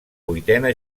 vuitena